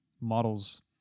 models